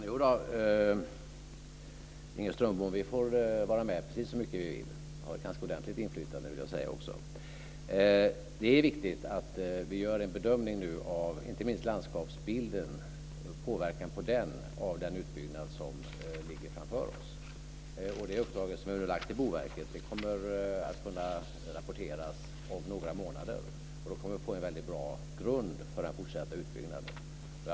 Fru talman! Jo då, Inger Strömbom, vi får vara med precis så mycket vi vill och har ett ganska ordentligt inflytande också. Det är viktigt att vi nu gör en bedömning av inte minst landskapsbilden och påverkan på den av den utbyggnad som ligger framför oss. Det uppdrag som vi nu har gett till Boverket kommer att kunna rapporteras om några månader. Och då kommer vi att få en väldigt bra grund för den fortsatta utbyggnaden.